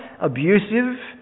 abusive